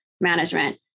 management